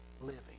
living